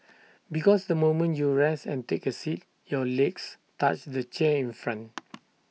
because the moment you rest and take A seat your legs touch the chair in front